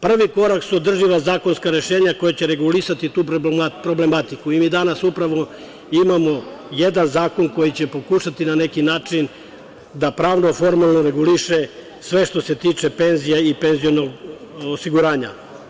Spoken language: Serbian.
Prvi korak su održiva zakonska rešenja koja će regulisati tu problematiku i mi danas, upravo, imamo jedan zakon koji će pokušati na neki način da pravno-formalno reguliše sve što se tiče penzija i penzionog osiguranja.